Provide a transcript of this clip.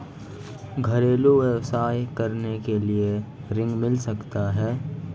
घरेलू व्यवसाय करने के लिए ऋण मिल सकता है?